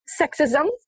sexism